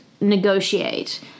negotiate